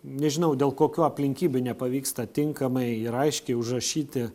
nežinau dėl kokių aplinkybių nepavyksta tinkamai ir aiškiai užrašyti